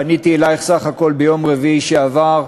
פניתי אלייך בסך הכול ביום רביעי שעבר,